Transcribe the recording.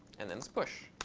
and then it's push.